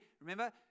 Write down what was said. Remember